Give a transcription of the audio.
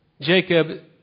Jacob